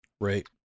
Right